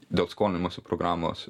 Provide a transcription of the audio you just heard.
dėl skolinimosi programos